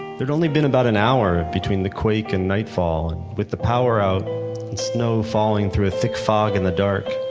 there'd only been about an hour between the quake and nightfall. with the power out snow falling through a thick fog in the dark,